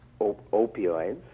opioids